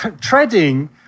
treading